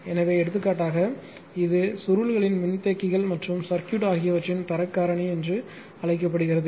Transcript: எனவே எடுத்துக்காட்டாக இது சுருள்களின் மின்தேக்கிகள் மற்றும் சர்க்யூட் ஆகியவற்றின் தர காரணி என்று அழைக்கப்படுகிறது